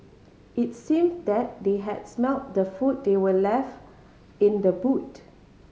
it seemed that they had smelt the food they were left in the boot